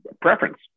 preference